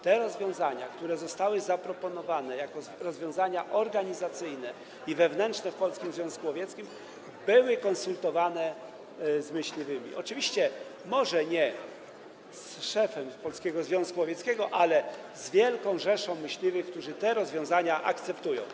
Te rozwiązania, które zostały zaproponowane jako rozwiązania organizacyjne i wewnętrzne w Polskim Związku Łowieckim, były konsultowane z myśliwymi, oczywiście może nie z szefem Polskiego Związku Łowieckiego, ale z wielką rzeszą myśliwych, którzy te rozwiązania akceptują.